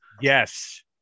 Yes